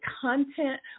content